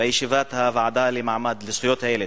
בישיבת הוועדה לזכויות הילד,